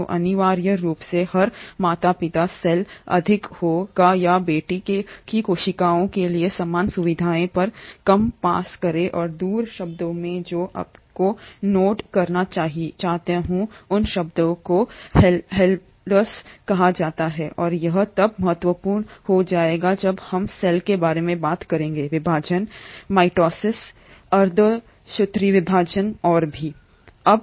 तो अनिवार्य रूप से हर माता पिता सेल अधिक होगा या बेटी की कोशिकाओं के लिए समान सुविधाओं पर कम पास करें और दूसरा शब्द जो मैं आपको नोट करना चाहता हूं उस शब्द को हैप्लोइड्स कहा जाता है और यह तब महत्वपूर्ण हो जाएगा जब हम सेल के बारे में बात करेंगे विभाजन माइटोसिस अर्धसूत्रीविभाजन और सभी